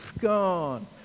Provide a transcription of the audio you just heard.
gone